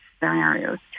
scenarios